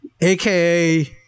aka